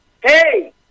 hey